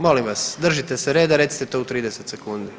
Molim vas držite se reda, recite to u 30 sekundi.